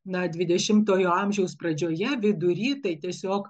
na dvidešimtojo amžiaus pradžioje vidury tai tiesiog